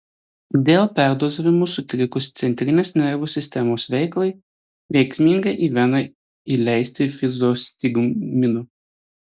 dėl perdozavimo sutrikus centrinės nervų sistemos veiklai veiksminga į veną įleisti fizostigmino